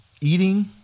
Eating